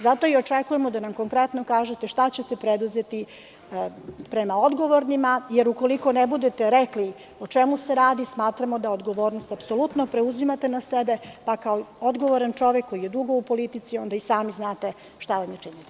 Zato i očekujemo da nam konkretno kažete šta ćete preduzeti prema odgovornima, jer ukoliko ne budete rekli o čemu se radi, smatramo da odgovornost apsolutno preuzimate na sebe, pa kao odgovoran čovek koji je dugo u politici, onda i sami znate šta vam je činiti.